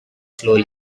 slowly